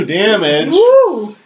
damage